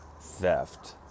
theft